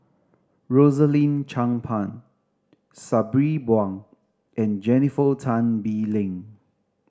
Rosaline Chan Pang Sabri Buang and Jennifer Tan Bee Leng